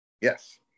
Yes